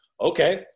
okay